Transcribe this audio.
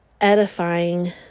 edifying